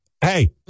Hey